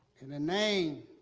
in the name